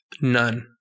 None